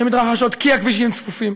כי הכבישים צפופים.